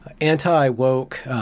anti-woke